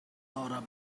laura